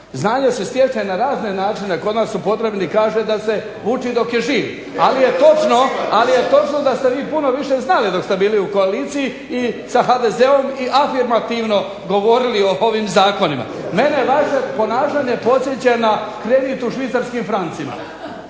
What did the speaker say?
Znanje se stječe na razne načine, kod nas se u Podravini kaže da se uči dok je živ, ali je točno da ste vi puno više znali dok ste bili u koaliciji i sa HDZ-om i afirmativno govorili o ovim zakonima. Vaše ponašanje podsjeća na kredit u švicarskim francima,